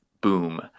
boom